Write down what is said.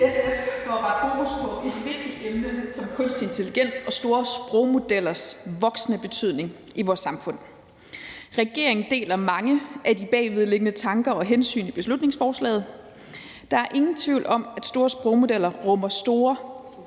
SF for at rette fokus på et vigtigt emne som kunstig intelligens og store sprogmodellers voksende betydning i vores samfund. Regeringen deler mange af de bagvedliggende tanker og hensyn i beslutningsforslaget. Der er ingen tvivl om, at store sprogmodeller rummer store